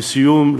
לסיום,